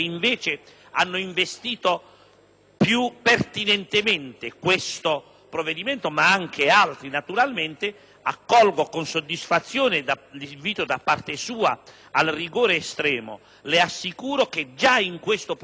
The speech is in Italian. più pertinentemente questo provvedimento, ma anche altri, naturalmente, accolgo con soddisfazione l'invito da parte sua al rigore estremo. Le assicuro che già per questo provvedimento la Commissione